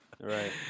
Right